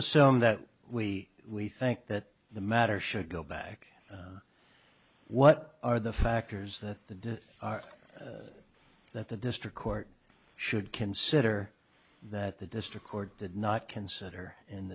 assume that we we think that the matter should go back what are the factors that the that the district court should consider that the district court did not consider